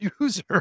User